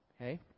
Okay